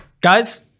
Guys